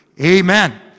Amen